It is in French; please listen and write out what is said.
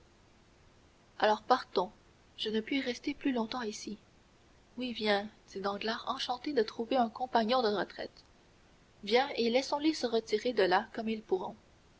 alors partons je ne puis rester plus longtemps ici oui viens dit danglars enchanté de trouver un compagnon de retraite viens et laissons-les se retirer de là comme ils pourront